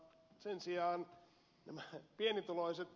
entä sitten nämä pienituloiset